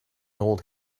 old